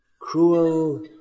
cruel